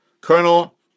Colonel